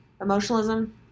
Emotionalism